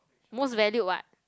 most valued [what]